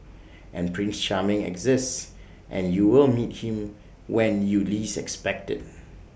and prince charming exists and you will meet him when you least expect IT